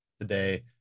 today